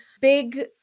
big